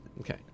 Okay